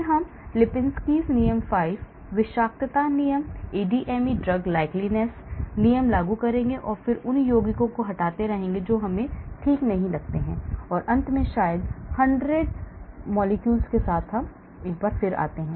फिर हम लिपिंस्की नियम 5 विषाक्तता नियम ADME drug likeness नियम लागू करेंगे और फिर उन यौगिकों को हटाते रहेंगे जो संतुष्ट नहीं लगते हैं और अंत में शायद 100 अणुओं के साथ आते हैं